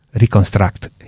reconstruct